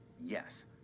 Yes